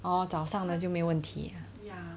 orh 早上的就没问题